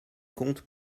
comptes